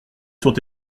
sont